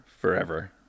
forever